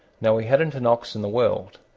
now, he hadn't an ox in the world,